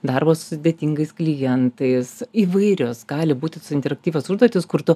darbo sudėtingais klientais įvairios gali būt interaktyvios užduotys kur tu